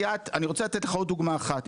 אני רוצה לתת לך עוד דוגמא אחת.